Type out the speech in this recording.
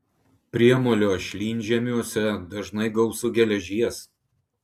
priemolio šlynžemiuose dažnai gausu geležies